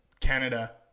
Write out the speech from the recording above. Canada